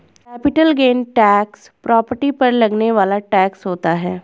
capital gain tax property पर लगने वाला टैक्स होता है